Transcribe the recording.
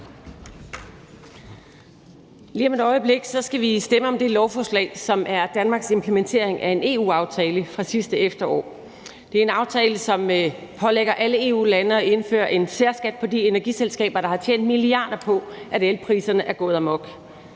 Lige om et øjeblik skal vi stemme om det lovforslag, som er Danmarks implementering af en EU-aftale fra sidste efterår. Det er en aftale, som pålægger alle EU-lande at indføre en særskat på de energiselskaber, der har tjent milliarder på, at elpriserne er gået amok.